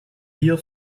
hier